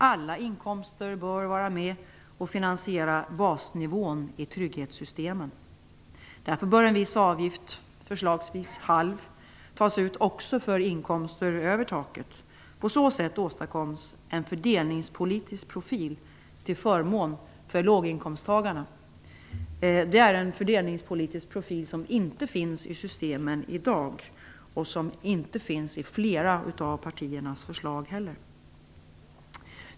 Alla inkomster bör vara med och finansiera basnivån i trygghetssystemen. Därför bör en viss avgift, förslagsvis halv, tas ut också för inkomster över taket. På så sätt åstadkoms en fördelningspolitisk profil till förmån för låginkomsttagarna. Det är en fördelningspolitisk profil som inte finns i systemen i dag och som heller inte finns i flera av partiernas förslag.